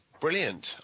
brilliant